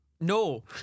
No